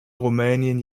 rumänien